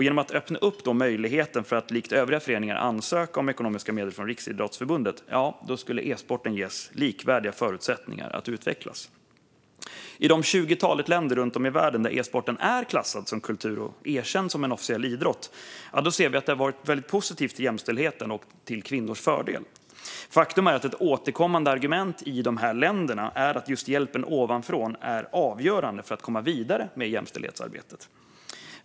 Genom att öppna för möjligheten att likt övriga föreningar ansöka om ekonomiska medel från Riksidrottsförbundet skulle e-sporten ges likvärdiga förutsättningar att utvecklas. I det tjugotal länder runt om i världen där e-sport är klassad som kultur och erkänd som en officiell idrott ser vi att det varit positivt för jämställdheten och till kvinnors fördel. Faktum är att ett återkommande argument i dessa länder är att just hjälpen ovanifrån är avgörande för att komma vidare med jämställdhetsarbetet.